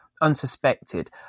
unsuspected